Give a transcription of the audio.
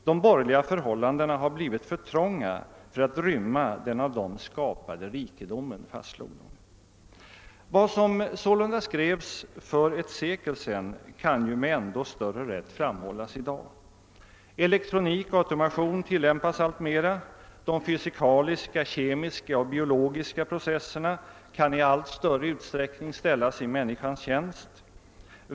»De borgerliga förhållandena har blivit för trånga för att rymma den av dem skapade rikedomen», fastslog de. Vad som sålunda skrevs för ett sekel sedan kan med ännu större rätt framhållas i dag. Elektronik och automation tillämpas alltmera. De fysikaliska, kemiska och biologiska processerna kan i allt större utsträckning ställas i människans tjänst.